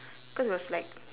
cause it was like